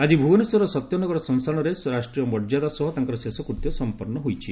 ଆଜି ଭୁବନେଶ୍ୱର ସତ୍ୟନଗର ଶ୍ମଶାନରେ ରାଷ୍ଟ୍ରୀୟ ମର୍ଯ୍ୟାଦା ସହ ତାଙ୍କର ଶେଷକୃତ୍ୟ ସମ୍ମନ୍ ହୋଇଛି